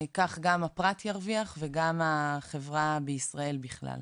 כך גם הפרט ירוויח וגם החברה בישראל בכלל.